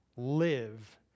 live